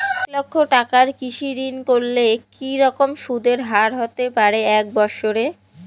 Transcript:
এক লক্ষ টাকার কৃষি ঋণ করলে কি রকম সুদের হারহতে পারে এক বৎসরে?